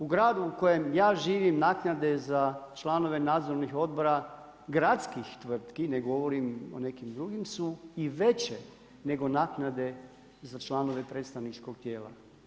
U gradu u kojem ja živim, naknade za članove nadzornih odbora, gradskih tvrtki, ne govorim o neki drugim su i veće nego naknade za članove predstavničkog tijela.